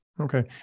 Okay